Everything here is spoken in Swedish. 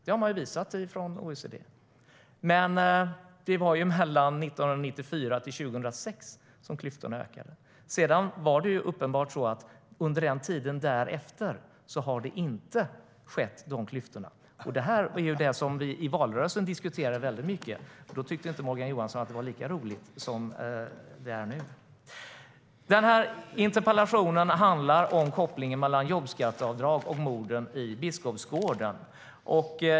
Det har man visat från OECD. Men det var mellan 1994 och 2006 som klyftorna ökade. Under tiden därefter är det uppenbart att det inte skett. Det diskuterade vi väldigt mycket i valrörelsen. Då tyckte inte Morgan Johansson att det var lika roligt som det är nu. Den här interpellationen handlar om kopplingen mellan jobbskatteavdrag och morden i Biskopsgården.